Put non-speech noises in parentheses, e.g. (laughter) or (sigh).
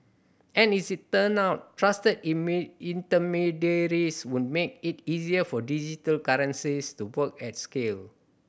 and it's turn out trusted (unintelligible) intermediaries would make it easier for digital currencies to work at scale